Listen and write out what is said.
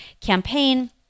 campaign